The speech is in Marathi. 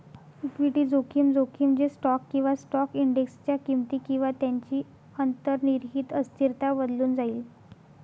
इक्विटी जोखीम, जोखीम जे स्टॉक किंवा स्टॉक इंडेक्सच्या किमती किंवा त्यांची अंतर्निहित अस्थिरता बदलून जाईल